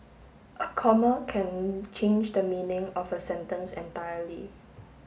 a comma can change the meaning of a sentence entirely